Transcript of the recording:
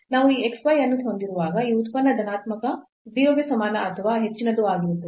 ನಾವು ಈ xy ಅನ್ನು ಹೊಂದಿರುವಾಗ ಈ ಉತ್ಪನ್ನ ಧನಾತ್ಮಕ 0 ಗೆ ಸಮಾನ ಅಥವಾ ಹೆಚ್ಚಿನದು ಆಗಿರುತ್ತದೆ